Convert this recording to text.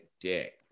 dick